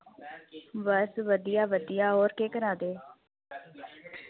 बस वधिया वधिया और केह् करा दे ओ